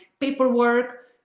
paperwork